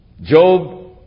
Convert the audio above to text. Job